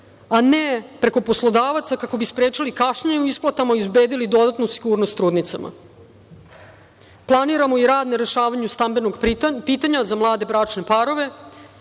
a ne preko poslodavac kako bi sprečili kašnjenje u isplatama i obezbedili dodatnu sigurnost trudnicama. Planiramo i rad na rešavanju stambenog pitanja za mlade bračne parove,